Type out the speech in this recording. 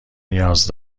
نیاز